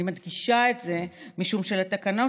אני מדגישה את זה משום שלתקנות